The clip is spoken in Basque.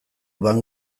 van